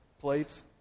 plates